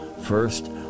First